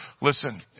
Listen